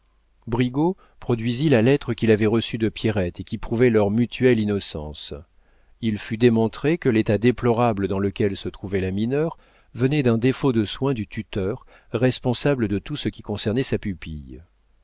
brigaut produisit la lettre qu'il avait reçue de pierrette et qui prouvait leur mutuelle innocence il fut démontré que l'état déplorable dans lequel se trouvait la mineure venait d'un défaut de soin du tuteur responsable de tout ce qui concernait sa pupille